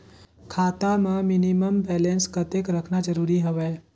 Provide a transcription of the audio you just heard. खाता मां minimum balance कतेक रखना जरूरी हवय?